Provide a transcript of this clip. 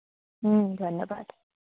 ধন্যবাদ